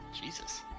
Jesus